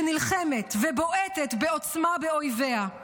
שנלחמת ובועטת בעוצמה באויביה,